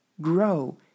grow